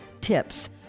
TIPS